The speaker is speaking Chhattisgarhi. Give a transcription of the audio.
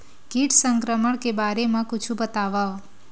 कीट संक्रमण के बारे म कुछु बतावव?